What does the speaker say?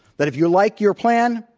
that if you like your plan,